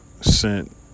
sent